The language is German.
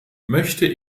möchte